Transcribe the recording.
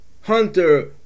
Hunter